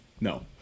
No